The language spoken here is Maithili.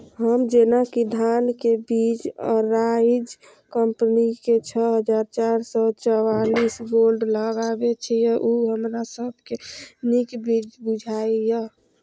हम जेना कि धान के बीज अराइज कम्पनी के छः हजार चार सौ चव्वालीस गोल्ड लगाबे छीय उ हमरा सब के नीक बीज बुझाय इय?